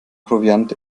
proviant